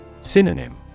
Synonym